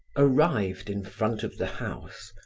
arrived in front of the house,